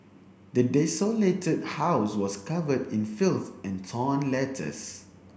the desolated house was covered in filth and torn letters